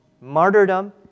martyrdom